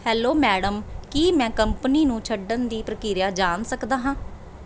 hello madam ਕੀ ਮੈਂ company ਨੂੰ ਛੱਡਣ ਦੀ ਪ੍ਰਕਿਰਿਆ ਜਾਣ ਸਕਦਾ ਹਾਂ